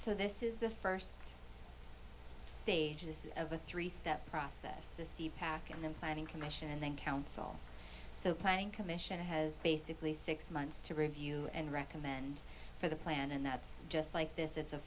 is the first stages of a three step process that deepak and the planning commission and the council so planning commission has basically six months to review and recommend for the plan and that's just like this it's a